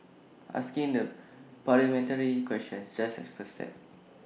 asking the parliamentary question just A first step